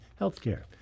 Healthcare